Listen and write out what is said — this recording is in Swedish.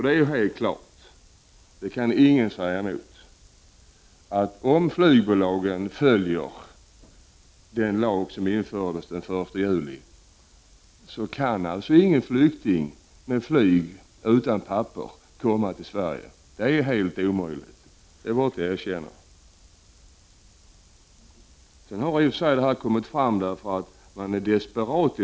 Det är helt klart, och det kan ingen säga emot, att om flygbolagen följde den lag som infördes den 1 juli, så är det helt omöjligt för en flykting utan papper att komma med flyg till Sverige. Det är bara att erkänna. Sedan är det sant att denna bestämmelse har kommit till därför att man är helt desperat.